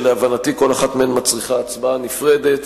שלהבנתי כל אחת מהן מצריכה הצבעה נפרדת: